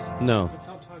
No